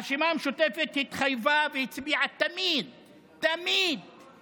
הרשימה המשותפת התחייבה והצביעה תמיד בעד